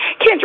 Kendra